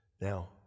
Now